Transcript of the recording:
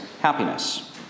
happiness